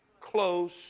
close